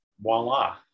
voila